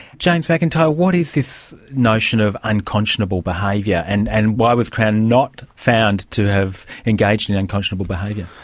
james mcintyre, what is this notion of unconscionable behaviour, and and why was crown not found to have engaged in unconscionable behaviour?